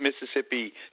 Mississippi